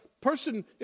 person